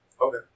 Okay